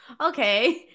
Okay